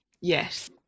Yes